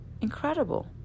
Incredible